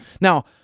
Now